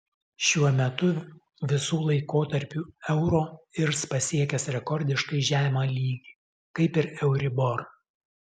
šiuo metu visų laikotarpių euro irs pasiekęs rekordiškai žemą lygį kaip ir euribor